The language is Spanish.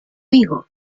hijo